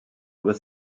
with